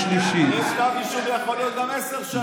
יש כתב אישום שיכול להיות גם עשר שנים.